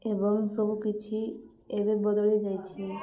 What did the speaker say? ଏବଂ ସବୁ କିଛି ଏବେ ବଦଳି ଯାଇଛି